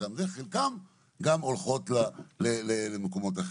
חלקן זה וחלקן גם הולכות למקומות אחרים.